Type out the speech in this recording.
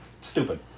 stupid